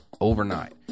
overnight